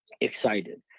excited